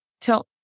till